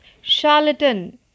charlatan